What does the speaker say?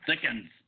thickens